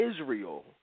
Israel